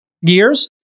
years